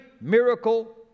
miracle